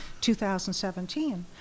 2017